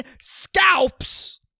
scalps